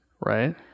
Right